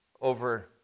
over